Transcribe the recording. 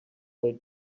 they